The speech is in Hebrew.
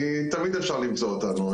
כי תמיד אפשר למצוא אותנו.